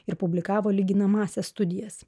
ir publikavo lyginamąsias studijas